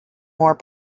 more